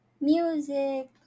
music